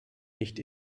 nicht